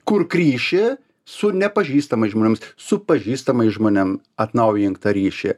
kurk ryšį su nepažįstamais žmonėms su pažįstamais žmonėm atnaujink tą ryšį